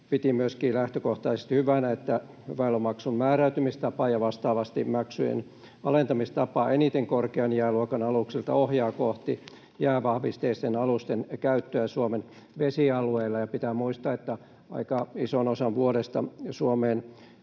piti myöskin lähtökohtaisesti hyvänä, että väylämaksun määräytymistapa ja vastaavasti maksujen alentamistapa eniten korkean jääluokan aluksilta ohjaa kohti jäävahvisteisten alusten käyttöä Suomen vesialueilla. Pitää muistaa, että aika ison osan vuodesta Suomeen